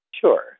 Sure